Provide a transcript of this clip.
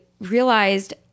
realized